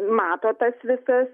mato tas visas